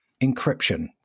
encryption